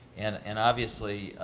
and and obviously,